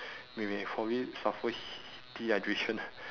we may probably suffer hea~ dehydration